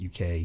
UK